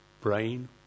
brain